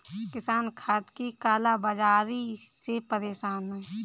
किसान खाद की काला बाज़ारी से परेशान है